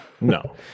no